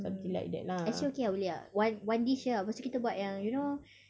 mm actually okay ah boleh ah one one dish jer ah lepas tu kita buat yang you know